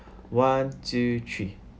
one two three